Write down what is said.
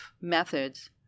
methods